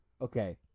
Okay